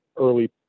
early